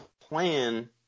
plan